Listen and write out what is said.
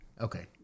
Okay